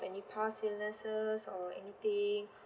any past illnesses or anything